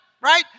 right